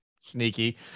Sneaky